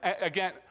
Again